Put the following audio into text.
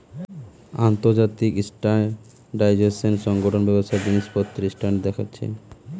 আন্তর্জাতিক স্ট্যান্ডার্ডাইজেশন সংগঠন ব্যবসার জিনিসপত্রের স্ট্যান্ডার্ড দেখছে